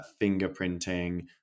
fingerprinting